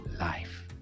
life